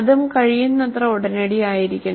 ഇതും കഴിയുന്നത്ര ഉടനടി ആയിരിക്കണം